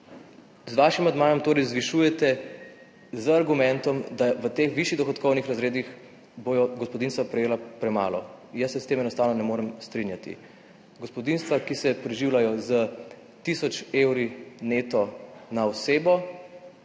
Z vašim amandmajem zvišujete sredstva z argumentom, da v teh višjih dohodkovnih razredih bodo gospodinjstva prejela premalo. Jaz se s tem enostavno ne morem strinjati. Gospodinjstva, ki se preživljajo s tisoč evri neto na osebo,